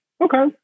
Okay